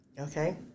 okay